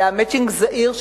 אלא "מצ'ינג" זעיר,